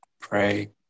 pray